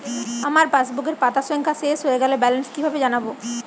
আমার পাসবুকের পাতা সংখ্যা শেষ হয়ে গেলে ব্যালেন্স কীভাবে জানব?